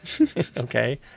okay